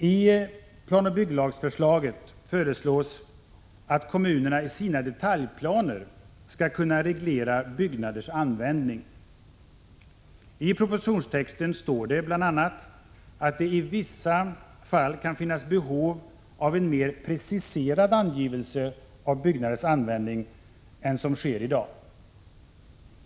I planoch bygglagen föreslås att kommunerna i sina detaljplaner skall kunna reglera byggnaders användning. I propositionstexten står det bl.a. att det i vissa fall kan finnas behov av en mer preciserad angivelse av byggnaders användning än som sker i dag.